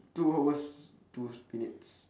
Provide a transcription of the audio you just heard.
two hours two minutes